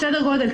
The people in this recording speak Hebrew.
סדר גודל.